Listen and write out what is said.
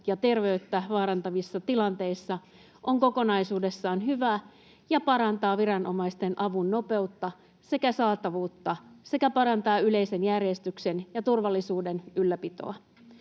ja terveyttä vaarantavissa tilanteissa on kokonaisuudessaan hyvä ja parantaa viranomaisten avun nopeutta sekä saatavuutta sekä parantaa yleisen järjestyksen ja turvallisuuden ylläpitoa.